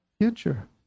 future